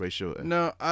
No